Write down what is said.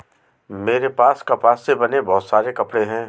मेरे पास कपास से बने बहुत सारे कपड़े हैं